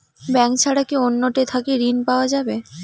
Bank ছাড়া কি অন্য টে থাকি ঋণ পাওয়া যাবে?